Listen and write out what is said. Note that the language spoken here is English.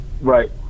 Right